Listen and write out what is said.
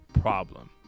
problem